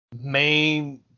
main